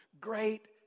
great